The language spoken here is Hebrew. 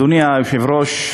אדוני היושב-ראש,